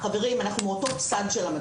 חברים אנחנו מאותו צד של המטבע.